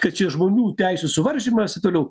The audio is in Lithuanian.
kad čia žmonių teisių suvaržymas taip toliau